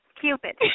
Cupid